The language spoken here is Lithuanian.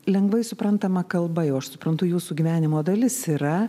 lengvai suprantama kalba jau aš suprantu jūsų gyvenimo dalis yra